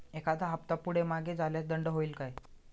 एखादा हफ्ता पुढे मागे झाल्यास दंड होईल काय?